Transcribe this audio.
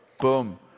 Boom